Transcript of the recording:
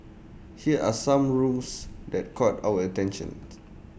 here are some rooms that caught our attention